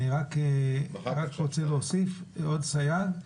אני רק רוצה להוסיף עוד סייג,